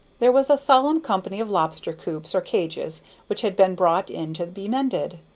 there was a solemn company of lobster-coops or cages which had been brought in to be mended.